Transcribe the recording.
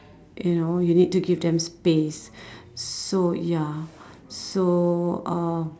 you know you need to give them space so ya so uh